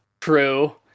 True